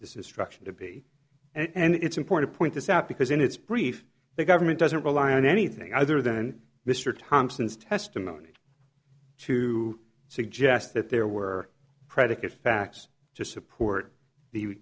instruction to be and it's important point this out because in its brief the government doesn't rely on anything other than mr thompson's testimony to suggest that there were predicate facts to support the